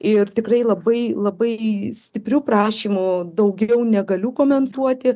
ir tikrai labai labai stiprių prašymų daugiau negaliu komentuoti